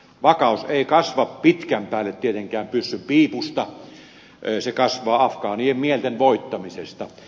vakaus ei kasva pitkän päälle tietenkään pyssyn piipusta se kasvaa afgaanien mielen voittamisesta